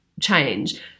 change